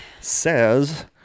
says